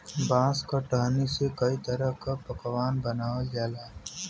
बांस क टहनी से कई तरह क पकवान बनावल जाला